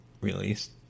released